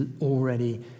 already